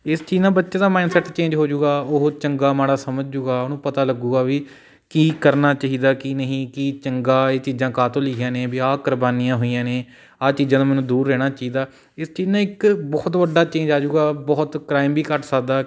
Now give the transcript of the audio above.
ਇਸ ਚੀਜ਼ ਨਾਲ ਬੱਚੇ ਦਾ ਮਾਈਂਡ ਸੈੱਟ ਚੇਂਜ ਹੋਜੂਗਾ ਉਹ ਚੰਗਾ ਮਾੜਾ ਸਮਝ ਜੂਗਾ ਉਹਨੂੰ ਪਤਾ ਲੱਗੂਗਾ ਵੀ ਕੀ ਕਰਨਾ ਚਾਹੀਦਾ ਕੀ ਨਹੀਂ ਕੀ ਚੰਗਾ ਇਹ ਚੀਜ਼ਾਂ ਕਾਹਤੋਂ ਲਿਖੀਆਂ ਨੇ ਵੀ ਆਹ ਕੁਰਬਾਨੀਆਂ ਹੋਈਆਂ ਨੇ ਆਹ ਚੀਜ਼ਾਂ ਤੋਂ ਮੈਨੂੰ ਦੂਰ ਰਹਿਣਾ ਚਾਹੀਦਾ ਇਸ ਚੀਜ਼ ਨਾਲ ਇੱਕ ਬਹੁਤ ਵੱਡਾ ਚੇਂਜ ਆਜੂਗਾ ਬਹੁਤ ਕ੍ਰਾਈਮ ਵੀ ਘੱਟ ਸਕਦਾ